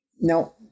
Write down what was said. Now